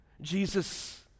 Jesus